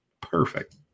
Perfect